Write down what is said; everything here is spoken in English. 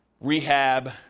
rehab